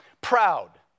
Proud